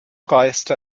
reiste